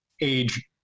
age